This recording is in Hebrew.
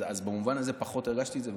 אז במובן הזה פחות הרגשתי את זה,